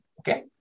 okay